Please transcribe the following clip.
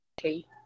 okay